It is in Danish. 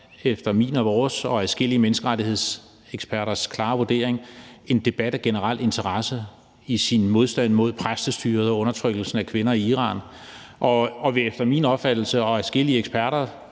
efter min, vores og adskillige menneskerettighedseksperters klare vurdering en debat af generel interesse i sin modstand mod præstestyret og undertrykkelsen af kvinder i Iran og vil efter min opfattelse og adskillige eksperters